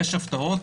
יש הפתעות.